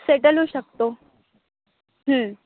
settle होऊ शकतो